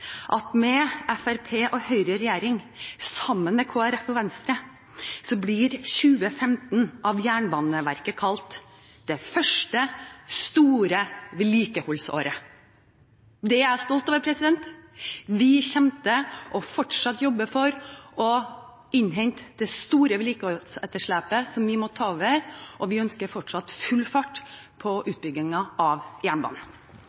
at med Fremskrittspartiet og Høyre i regjering og støttet av Kristelig Folkeparti og Venstre, blir 2015 av Jernbaneverket kalt «det første store vedlikeholdsåret». Det er jeg stolt over. Vi kommer til å fortsette med å jobbe for å innhente det store vedlikeholdsetterslepet som vi måtte ta over, og vi ønsker fortsatt full fart på utbyggingen av jernbanen.